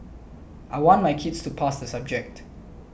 I want my kids to pass the subject